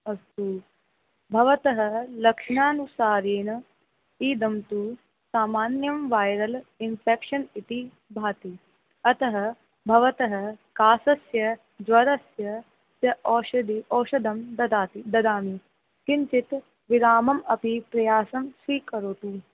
अस्तु भवतः लक्षणानुसारेण इदं तु सामान्यं वैरल् इन्फ़ेक्शन् इति भाति अतः भवतः कासस्य ज्वरस्य च औषधि औषधं ददाति ददामि किञ्चित् विराममपि प्रयासं स्वीकरोतु